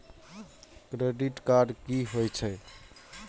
Credit card की होई छै?